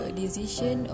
decision